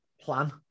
Plan